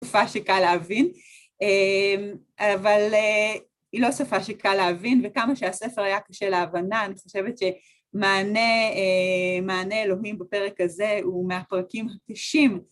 שפה שקל להבין, אבל היא לא שפה שקל להבין, וכמה שהספר היה קשה להבנה, אני חושבת שמענה אלוהי בפרק הזה הוא מהפרקים הקשים.